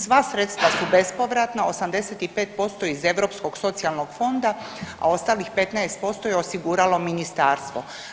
Sva sredstva su bespovratna, 85% iz Europskog socijalnog fonda, a ostalih 15% je osiguralo ministarstvo.